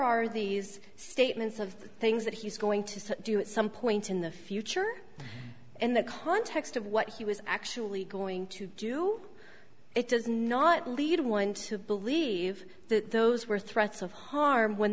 are these statements of things that he's going to do at some point in the future in the context of what he was actually going to do it does not lead one to believe that those were threats of harm when